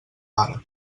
pare